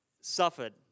suffered